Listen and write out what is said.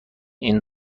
این